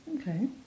Okay